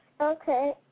Okay